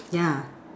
yeah